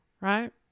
right